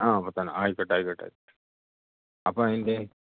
ആ തന്നെ ആയിക്കോട്ടെ ആയിക്കോട്ടെ ആയിക്കോട്ടെ അപ്പം അതിൻ്റെ